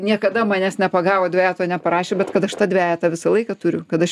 niekada manęs nepagavo dvejeto neparašė bet kad aš tą dvejetą visą laiką turiu kad aš